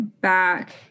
back